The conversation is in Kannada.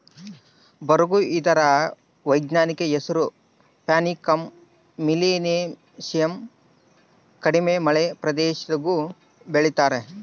ಬರುಗು ಇದರ ವೈಜ್ಞಾನಿಕ ಹೆಸರು ಪ್ಯಾನಿಕಮ್ ಮಿಲಿಯೇಸಿಯಮ್ ಕಡಿಮೆ ಮಳೆ ಪ್ರದೇಶದಾಗೂ ಬೆಳೀತಾರ